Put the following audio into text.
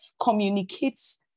communicates